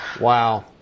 Wow